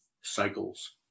cycles